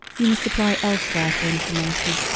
you must apply elsewhere for information.